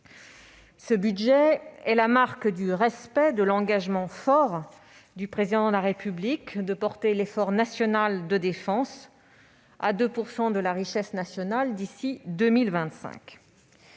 Ce budget est la marque du respect de l'engagement fort du Président de la République de porter l'effort national de défense à 2 % de la richesse nationale d'ici à 2025.